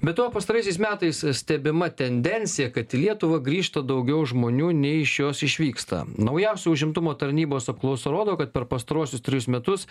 be to pastaraisiais metais stebima tendencija kad į lietuvą grįžta daugiau žmonių nei iš jos išvyksta naujausia užimtumo tarnybos apklausa rodo kad per pastaruosius trejus metus